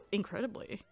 incredibly